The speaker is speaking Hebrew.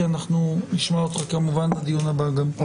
כי נשמע אותך כמובן גם בדיון הבא.